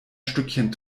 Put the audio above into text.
stückchen